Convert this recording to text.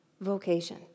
vocation